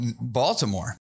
Baltimore